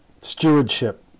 stewardship